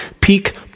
Peak